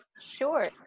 Sure